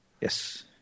Yes